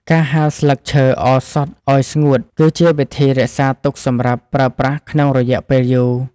ការហាលស្លឹកឈើឱសថឱ្យស្ងួត គឺជាវិធីរក្សាទុកសម្រាប់ប្រើប្រាស់ក្នុងរយៈពេលយូរ។